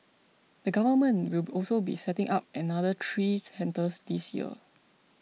the Government will also be setting up another three centres this year